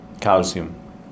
calcium